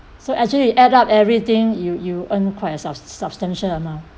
so actually add up everything you you earn quite an sub~ substantial amount